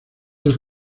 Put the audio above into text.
del